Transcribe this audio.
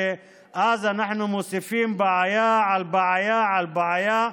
ואז אנחנו מוסיפים בעיה על בעיה על בעיה,